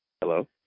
hello